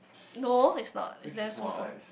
no is not is damn small